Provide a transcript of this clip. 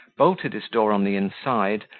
bolted his door on the inside,